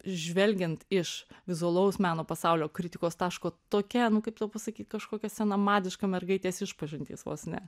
žvelgiant iš vizualaus meno pasaulio kritikos taško tokia nu kaip tau pasakyt kažkokia senamadiška mergaitės išpažintys vos ne